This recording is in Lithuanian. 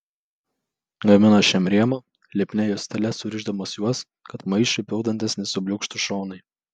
gamino šiam rėmą lipnia juostele surišdamas juos kad maišui pildantis nesubliūkštų šonai